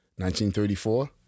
1934